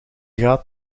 gaat